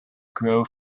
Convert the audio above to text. grow